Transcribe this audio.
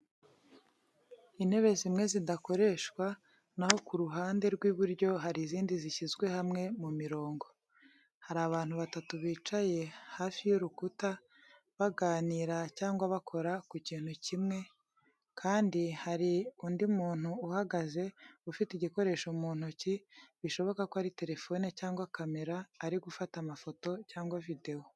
Intebe zimwe zidakoreshwa, na ho ku ruhande rw’iburyo hari izindi zishyizwe hamwe mu mirongo. Hari abantu batatu bicaye hafi y’urukuta, baganira cyangwa bakora ku kintu kimwe, kandi hari undi muntu uhagaze ufite igikoresho mu ntoki, bishoboka ko ari telefone cyangwa kamera, ari gufata amafoto cyangwa videwo.